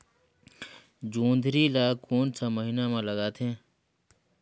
जोंदरी ला कोन सा महीन मां लगथे?